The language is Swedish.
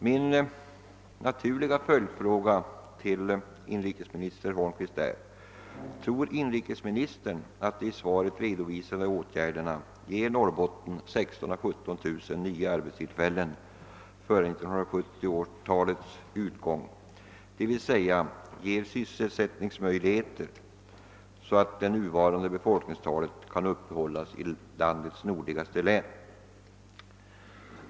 Min naturliga följdfråga till inrikesminister Holmqvist blir nu: Tror inrikesministern att de i svaret redovisade åtgärderna ger Norrbotten 16 000— 17 000 nya arbetstillfällen före 1970 talets utgång, dvs. sådana sysselsättningsmöjligheter att det nuvarande befolkningstalet kan uppehållas i landets nordligaste län?